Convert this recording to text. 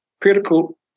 critical